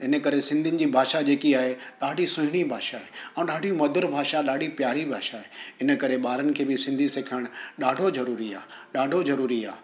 त हिन करे सिंधियुनि जी भाषा जेकी आहे ॾाढी सुहिणी भाषा आहे ऐं ॾाढी मधुर भाषा ॾाढी प्यारी भाषा आहे हिन करे ॿारनि खे बि सिंधी सिखणु ॾाढो ज़रूरी आहे ॾाढो ज़रूरी आहे